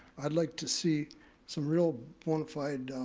i'd like to see some real bonafide